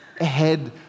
ahead